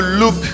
look